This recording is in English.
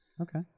Okay